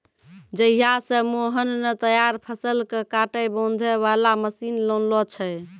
जहिया स मोहन नॅ तैयार फसल कॅ काटै बांधै वाला मशीन लानलो छै